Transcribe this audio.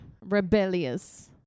rebellious